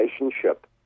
relationship